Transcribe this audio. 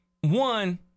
one